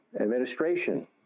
administration